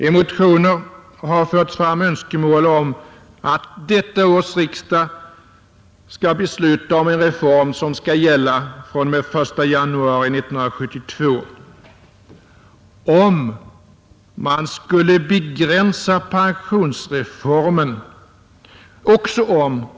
I motioner har förts fram önskemål om att detta års riksdag skall besluta om en reform som skall gälla fr.o.m. den 1 januari 1972.